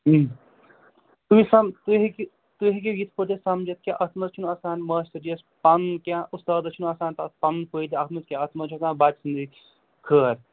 تُہۍ سَم تُہۍ ہیٚکِو تُہۍ ہیٚکِو یِتھ پٲٹھۍ تہِ سَمجِتھ کہِ اَتھ منٛز چھِنہٕ آسان ماسٹَر جِیَس پَنُن کیٚنہہ اُستادَس چھِنہٕ آسان تَتھ پَنُن فایِدٕ اَتھ منٛز کیٚنہہ اَتھ منٛز چھِ آسان بَچہٕ سُندٕے خٲر